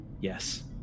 Yes